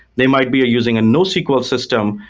they might be using a nosql system,